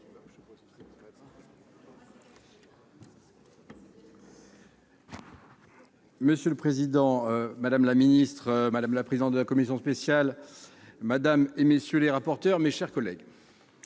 Monsieur le président, madame la secrétaire d'État, madame la présidente de la commission spéciale, madame, messieurs les rapporteurs, mes chers collègues,